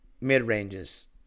mid-ranges